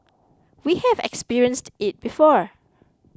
we have experienced it before